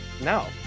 No